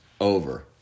over